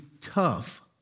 tough